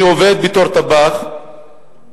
"אני עובד בתור טבח במסעדה,